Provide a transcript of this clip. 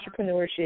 entrepreneurship